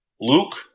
Luke